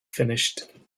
finished